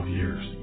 years